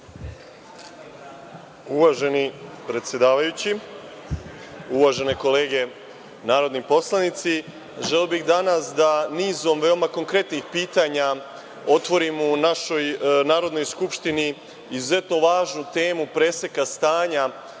Uvaženi predsedavajući, uvažene kolege narodni poslanici, želeo bih danas da nizom veoma konkretnih pitanja otvorim u našoj Narodnoj skupštini izuzetno važnu temu preseka stanja